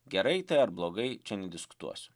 gerai tai ar blogai čia nediskutuosiu